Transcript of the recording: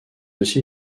aussi